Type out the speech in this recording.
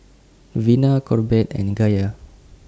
Vina Corbett and Gaye